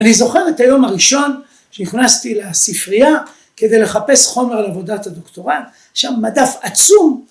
‫אני זוכר את היום הראשון ‫שנכנסתי לספרייה ‫כדי לחפש חומר לעבודת הדוקטורט, ‫היה שם מדף עצום...